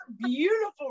beautiful